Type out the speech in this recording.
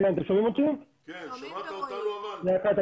שמעת את